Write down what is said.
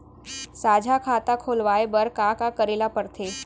साझा खाता खोलवाये बर का का करे ल पढ़थे?